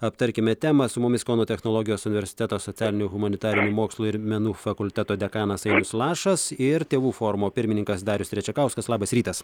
aptarkime temą su mumis kauno technologijos universiteto socialinių humanitarinių mokslų ir menų fakulteto dekanas ainius lašas ir tėvų forumo pirmininkas darius trečiakauskas labas rytas